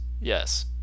yes